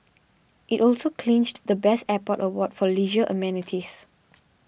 it also clinched the best airport award for leisure amenities